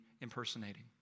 impersonating